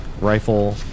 rifle